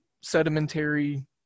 sedimentary